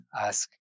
ask